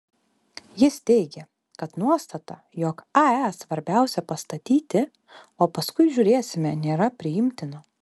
jis teigė kad nuostata jog ae svarbiausia pastatyti o paskui žiūrėsime nėra priimtina